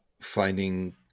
finding